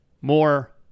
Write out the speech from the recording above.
more